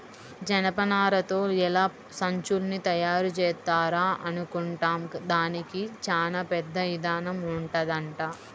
జనపనారతో ఎలా సంచుల్ని తయారుజేత్తారా అనుకుంటాం, దానికి చానా పెద్ద ఇదానం ఉంటదంట